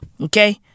okay